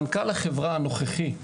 מנכ"ל החברה הנוכחי,